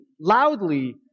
loudly